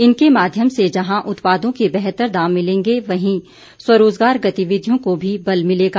इनके माध्यम से जहां उत्पादों के बेहतर दाम मिलेंगे वहीं स्वरोजगार गतिविधियों को भी बल मिलेगा